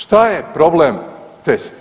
Šta je problem test?